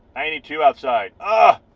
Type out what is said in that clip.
i need to outside ah